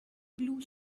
blue